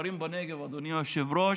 המספרים בנגב, אדוני היושב-ראש,